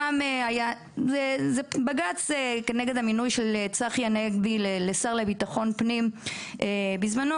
זה בג"ץ נגד המינוי של צחי הנגבי לשר לביטחון פנים בזמנו,